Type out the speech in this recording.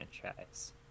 franchise